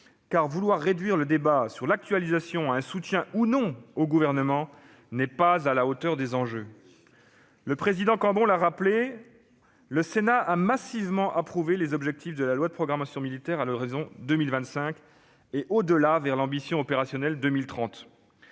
car réduire le débat sur l'actualisation à un soutien ou non au Gouvernement n'est pas à la hauteur des enjeux. Le président Cambon l'a rappelé : le Sénat a massivement approuvé les objectifs de la loi de programmation militaire à l'horizon de 2025 et, au-delà, vers l'Ambition opérationnelle 2030.